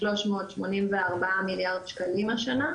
384 מיליארד שקלים השנה,